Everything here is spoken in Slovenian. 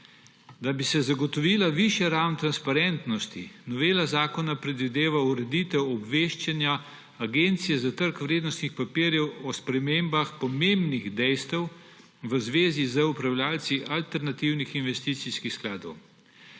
Da bi se zagotovila višja raven transparentnosti, novela zakona predvideva ureditev obveščanja Agencije za trg vrednostnih papirjev o spremembah pomembnih dejstev v zvezi z upravljavci alternativnih investicijskih skladov,